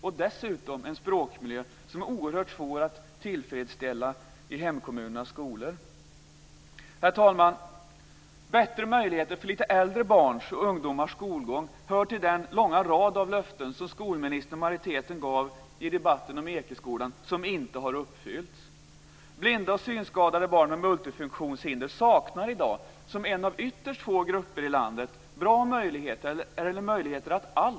Det är dessutom en språkmiljö som är oerhört svår att hitta i hemkommunernas skolor. Herr talman! Bättre möjligheter för lite äldre barns och ungdomars skolgång hör till den långa rad av löften som skolministern och majoriteten gav i debatten om Ekeskolan, men som inte har uppfyllts. Blinda och synskadade barn med multifunktionshinder saknar i dag, som en av ytterst få grupper i landet, bra möjligheter att studera vidare efter grundskolan.